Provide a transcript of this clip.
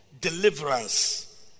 deliverance